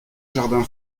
jardin